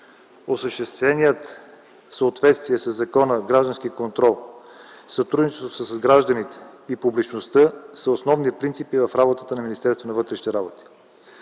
осъщественият в съответствие със закона граждански контрол, сътрудничеството с гражданите и публичността са основни принципи в работата на